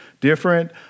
different